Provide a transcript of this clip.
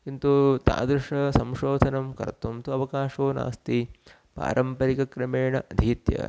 किन्तु तादृशसंशोधनं कर्तुं तु अवकाशो नास्ति पारम्परिकक्रमेण अधीत्य